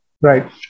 Right